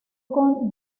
con